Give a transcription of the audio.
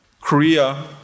Korea